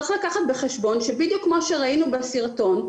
צריך לקחת בחשבון שבדיוק כמו שראינו בסרטון,